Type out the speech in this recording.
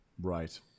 right